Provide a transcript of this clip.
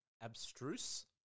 abstruse